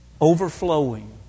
overflowing